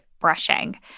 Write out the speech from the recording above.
brushing